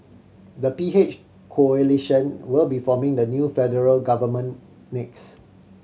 the P H coalition will be forming the new federal government next